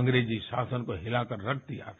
अंग्रेजी शासन को हिलाकर कर दिया था